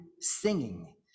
singing